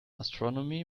astronomy